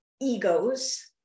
egos